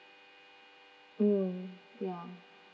mm ya